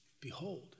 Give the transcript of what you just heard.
Behold